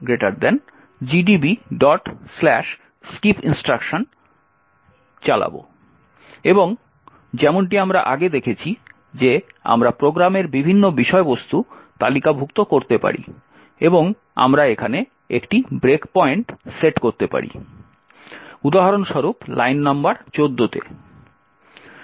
সুতরাং আমরা gdb skipinstruction চালাব এবং যেমনটি আমরা আগে দেখেছি যে আমরা প্রোগ্রামের বিভিন্ন বিষয়বস্তু তালিকাভুক্ত করতে পারি এবং আমরা এখানে একটি ব্রেক পয়েন্ট সেট করতে পারি উদাহরণ স্বরূপ লাইন নম্বর 14 তে